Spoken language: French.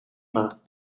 mains